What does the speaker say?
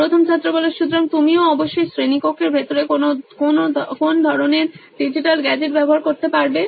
প্রথম ছাত্র সুতরাং তুমিও অবশ্যই শ্রেণীকক্ষের ভিতরে কোন ধরণের ডিজিটাল গ্যাজেট ব্যবহার করতে পারবে